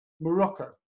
morocco